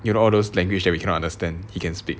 you know all those language that we cannot understand he can speak